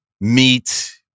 Meat